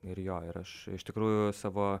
ir jo ir aš iš tikrųjų savo